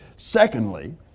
Secondly